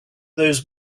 those